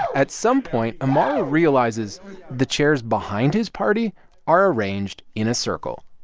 at some point, amaru realizes the chairs behind his party are arranged in a circle.